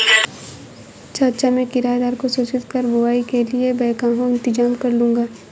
चाचा मैं किराएदार को सूचित कर बुवाई के लिए बैकहो इंतजाम करलूंगा